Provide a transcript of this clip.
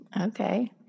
Okay